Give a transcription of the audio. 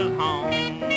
home